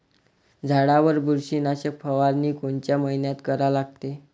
झाडावर बुरशीनाशक फवारनी कोनच्या मइन्यात करा लागते?